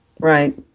Right